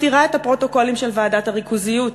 מסתירה את הפרוטוקולים של ועדת הריכוזיות,